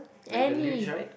like the luge right